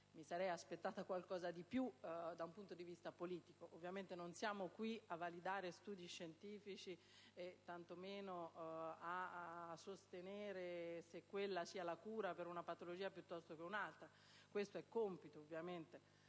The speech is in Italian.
mi sarei aspettata qualcosa di più, da un punto di vista politico. Ovviamente non siamo qui a validare studi scientifici e tanto meno a sostenere se quella sia la cura per una patologia piuttosto che un'altra; questo è compito ovviamente